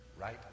right